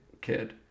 kid